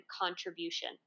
contribution